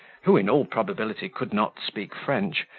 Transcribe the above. who in all probability could not speak french,